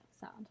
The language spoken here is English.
sound